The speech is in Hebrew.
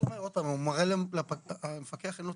המפקח לא